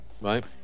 Right